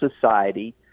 society